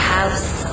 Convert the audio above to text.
House